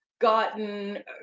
gotten